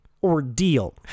Ordeal